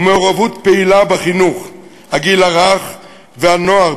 מעורבות פעילה בחינוך הגיל הרך והנוער,